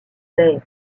bay